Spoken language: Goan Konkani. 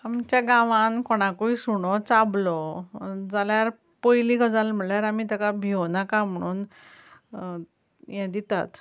आमच्या गांवान कोणाकूय सुणो चाबलो जाल्यार पयली गजाल म्हळ्ळ्यार आमी ताका भियो नाका म्हुणून हें दितात